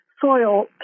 soil